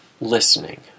listening